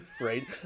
right